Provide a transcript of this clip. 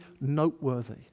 noteworthy